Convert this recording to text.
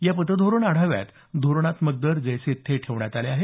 या पतधोरण आढाव्यात धोरणात्मक दर जैसे थे ठेवण्यात आले आहेत